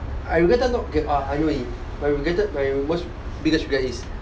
I regretted not okay I know already my regretted my worst biggest regret is